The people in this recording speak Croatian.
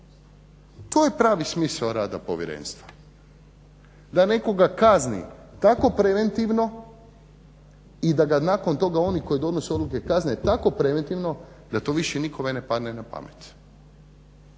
To je pravi smisao rada povjerenstva, da nekoga kazni tako preventivno i da ga nakon toga oni koji donose odluke kazne tako preventivno da to više nikome ne padne na pamet.